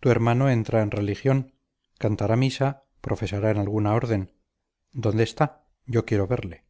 tu hermano entra en religión cantará misa profesará en alguna orden dónde está yo quiero verle